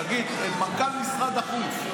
את מנכ"ל משרד החוץ,